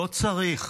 לא צריך